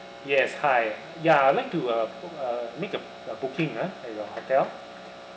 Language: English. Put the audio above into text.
yes hi ya I'd like to uh book uh make a a booking ah at your hotel